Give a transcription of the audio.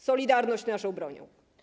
Solidarność naszą bronią.